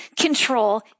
control